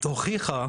וטכנולוגיה.